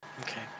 Okay